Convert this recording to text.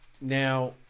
Now